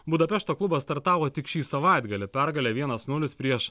budapešto klubas startavo tik šį savaitgalį pergale vienas nulis prieš